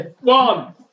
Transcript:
one